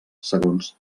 segons